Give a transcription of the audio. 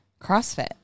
CrossFit